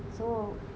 so